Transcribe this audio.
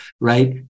right